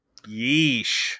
Yeesh